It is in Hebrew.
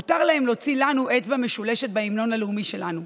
מותר להם להוציא לנו אצבע משולשת בהמנון הלאומי שלנו".